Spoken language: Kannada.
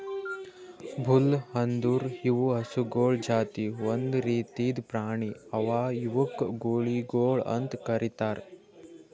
ಬುಲ್ ಅಂದುರ್ ಇವು ಹಸುಗೊಳ್ ಜಾತಿ ಒಂದ್ ರೀತಿದ್ ಪ್ರಾಣಿ ಅವಾ ಇವುಕ್ ಗೂಳಿಗೊಳ್ ಅಂತ್ ಕರಿತಾರ್